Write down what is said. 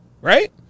right